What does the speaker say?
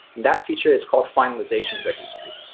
that feature is called finalizationregistry.